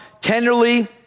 tenderly